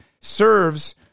serves